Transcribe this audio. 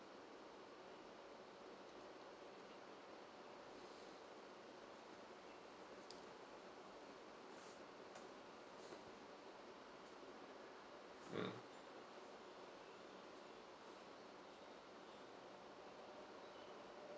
mm